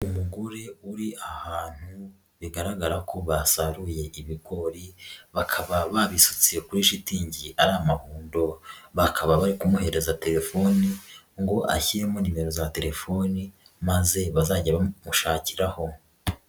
Umugore uri ahantu bigaragara ko basaruye ibigori bakaba babisutse kuri shitingi ari amahundo, bakaba bari kumuhereza telefoni ngo ashyiremo nimero za telefoni maze bazajye bamushakira ho.